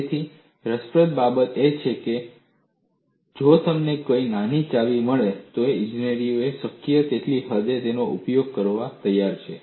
તેથી રસપ્રદ બાબત એ છે કે જો તમને કોઈ નાની ચાવી મળે તો ઈજનેરો શક્ય તેટલી હદે તેનો ઉપયોગ કરવા તૈયાર છે